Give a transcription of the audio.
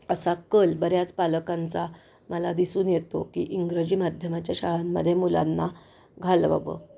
असा कल बऱ्याच पालकांचा मला दिसून येतो की इंग्रजी माध्यमाच्या शाळांमध्ये मुलांना घालवावं